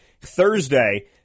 Thursday